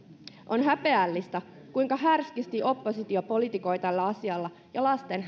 on häpeällistä kuinka härskisti oppositio politikoi tällä asialla ja lasten